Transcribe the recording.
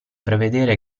prevedere